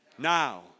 Now